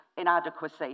inadequacy